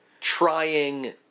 trying